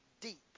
deep